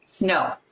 No